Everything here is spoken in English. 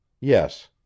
Yes